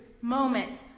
moments